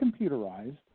computerized